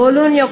7 0